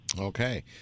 Okay